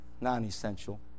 Non-essential